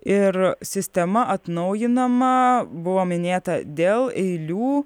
ir sistema atnaujinama buvo minėta dėl eilių